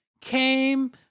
came